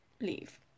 leave